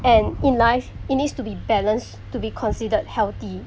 and in life it needs to be balance to be considered healthy